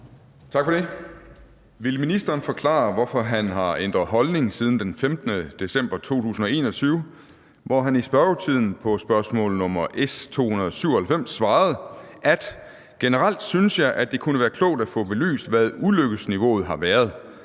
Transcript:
Tak for det. Vil ministeren forklare, hvorfor han har ændret holdning siden den 15. december 2021, hvor han i spørgetiden på spørgsmål nr. S 297 svarede, at »generelt synes jeg, at det kunne være klogt at få belyst, hvad ulykkesniveauet har været;